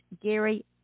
Gary